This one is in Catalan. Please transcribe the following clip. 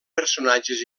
personatges